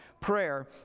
prayer